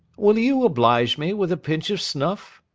will you oblige me with a pinch of snuff?